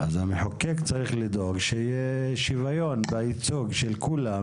המחוקק צריך לדאוג שיהיה שוויון בייצוג של כולם